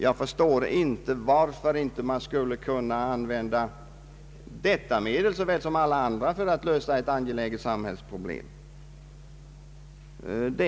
Jag förstår inte varför man inte skulle kunna använda detta medel lika väl som alla andra för att lösa ett angeläget samhällsproblem.